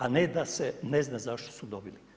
A ne da se ne zna zašto su dobili.